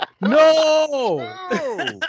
No